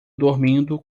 dormindo